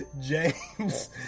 James